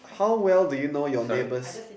how well do you know your neighbours